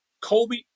Kobe